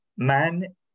man